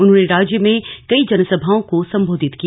उन्होंने राज्य में कई जनसभाओं को संबोधित किया